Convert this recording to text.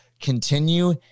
continue